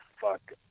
fuck